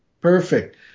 perfect